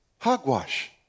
Hogwash